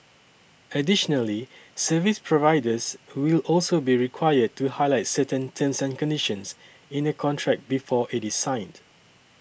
additionally service providers will also be required to highlight certain terms and conditions in a contract before it is signed